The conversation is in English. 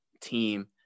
team